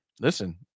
Listen